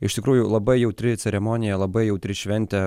iš tikrųjų labai jautri ceremonija labai jautri šventė